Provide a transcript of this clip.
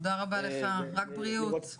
תודה רבה לך, רק בריאות.